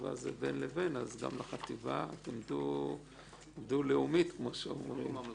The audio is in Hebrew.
לחטיבה אתם דו-לאומית, כמו שאומרים,